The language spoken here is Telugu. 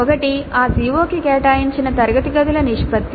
ఒకటి ఆ CO కి కేటాయించిన తరగతి గదుల నిష్పత్తి